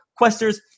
questers